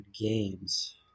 games